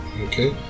Okay